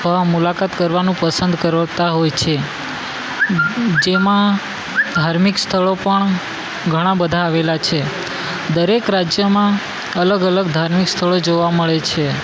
અથવા મુલાકાત કરવાનું પસંદ કરતા હોય છે જેમાં ધાર્મિક સ્થળો પણ ઘણાં બધા આવેલાં છે દરેક રાજ્યમાં અલગ અલગ ધાર્મિક સ્થળો જોવા મળે છે